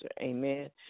amen